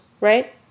right